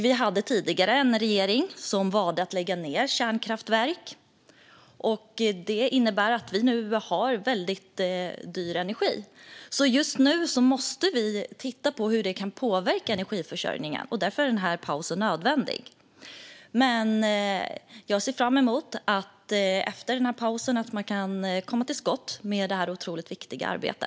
Vi hade tidigare en regering som valde att lägga ned kärnkraftverk. Det innebär att vi nu har väldigt dyr energi. Just nu måste vi titta på hur detta kan påverka energiförsörjningen, och därför är denna paus nödvändig. Jag ser dock fram emot att man efter denna paus kan komma till skott med detta otroligt viktiga arbete.